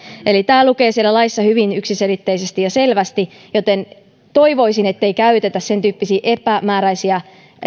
tämä lukee siellä laissa hyvin yksiselitteisesti ja selvästi joten toivoisin ettei käytetä epämääräisiä